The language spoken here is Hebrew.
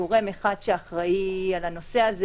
אם המטרה שלו הייתה להביא לכך שאנחנו לאט לאט ננסה להרחיב